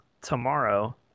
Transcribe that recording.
tomorrow